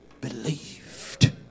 believed